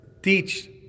teach